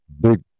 big